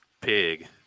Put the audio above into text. Pig